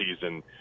season